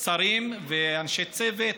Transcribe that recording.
שרים ואנשי צוות,